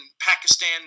Pakistan